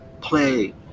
play